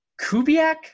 Kubiak